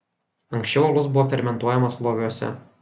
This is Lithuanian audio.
anksčiau alus buvo fermentuojamas loviuose